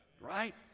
Right